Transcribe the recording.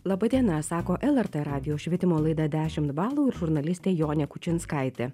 laba diena sako lrt radijo švietimo laida dešimt balų ir žurnalistė jonė kučinskaitė